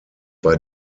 bei